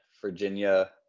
Virginia